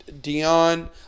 Dion